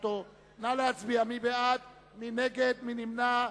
קדימה וקבוצת חד"ש.